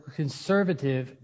conservative